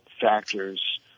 factors